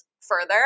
further